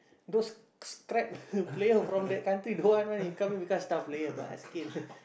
those scrap player from that country don't want one you come here become star player basket